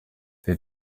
wir